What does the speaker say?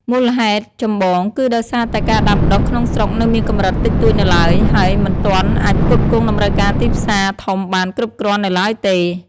មូលហេតុចម្បងគឺដោយសារតែការដាំដុះក្នុងស្រុកនៅមានកម្រិតតិចតួចនៅឡើយ ហើយមិនទាន់អាចផ្គត់ផ្គង់តម្រូវការទីផ្សារដ៏ធំបានគ្រប់គ្រាន់នៅឡើយទេ។